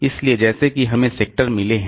इसलिए जैसे कि हमें सेक्टर मिले हैं